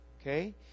okay